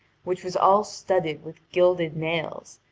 which was all studded with gilded nails,